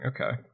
Okay